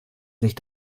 sich